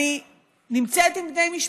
אני נמצאת עם בני משפחתי,